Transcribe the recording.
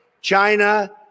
China